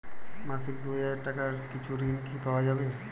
মাসিক দুই হাজার টাকার কিছু ঋণ কি পাওয়া যাবে?